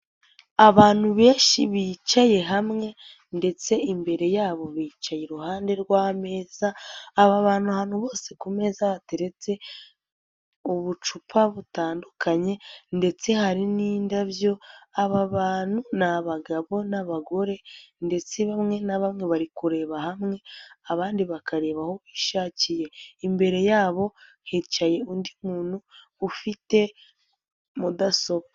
Abantu benshi bicaye hamwe ndetse imbere yabo bicaye iruhande rw'ameza, aba bantu ahantu bose ku meza hateretse ubucupa butandukanye ndetse hari n'indabyo, aba bantu ni abagabo n'abagore ndetse bamwe na bamwe bari kureba hamwe, abandi bakareba aho bishakiye, imbere yabo hicaye undi muntu ufite mudasobwa.